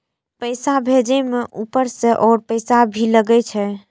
पैसा भेजे में ऊपर से और पैसा भी लगे छै?